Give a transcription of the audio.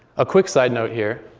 a quick side note here,